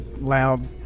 loud